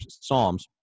Psalms